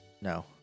No